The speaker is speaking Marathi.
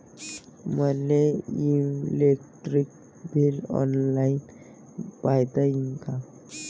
मले इलेक्ट्रिक बिल ऑनलाईन पायता येईन का?